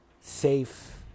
safe